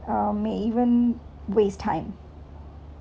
um may even waste time